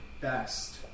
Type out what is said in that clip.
best